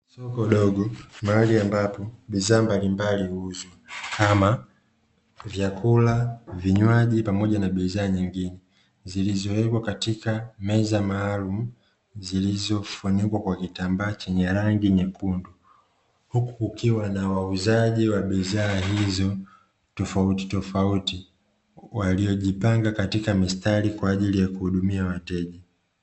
Soko dogo, mahali ambapo bidhaa mbalimbali huuzwa, kama: vyakula, vinywaji pamoja na bidhaa nyingine zilizowekwa katika meza maalumu zilizofunikwa kwa kitambaa chenye rangi nyekundu, huku kukiwa na wauzaji wa bidhaa hizo tofautitofauti, waliojipanga katika mistari kwa ajili ya kuhudumia wateja.